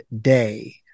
day